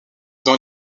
dans